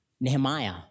Nehemiah